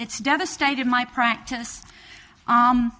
it's devastated my practice